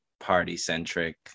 party-centric